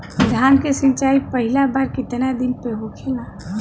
धान के सिचाई पहिला बार कितना दिन पे होखेला?